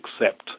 accept